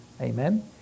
Amen